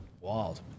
Wild